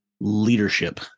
leadership